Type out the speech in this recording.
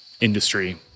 industry